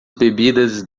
bebidas